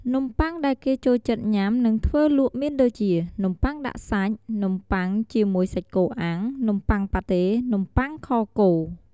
នំប័ុងដែលគេចូលចិត្តញុាំនិងធ្វើលក់មានដូចជា នំបុ័ងដាក់សាច់ នំបុ័ងជាមួយសាច់គោអាំង នំប័ុងប៉ាតេ នំប័ុងខគោ។